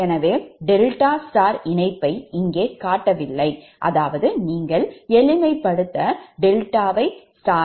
எனவே டெல்டா நட்சத்திர இணைப்பை இங்கே காட்டப்படவில்லை அதாவது நீங்கள் எளிமைப்படுத்த டெல்டாவை நட்சத்திரமாக்குங்கள்